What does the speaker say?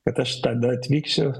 kad aš tada atvyksiu